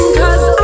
cause